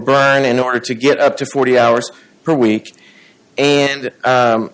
bran in order to get up to forty hours per week and